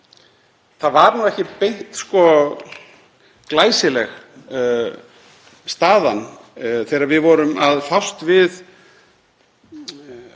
Hún var ekki beint glæsileg staðan þegar við vorum að fást við